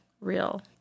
real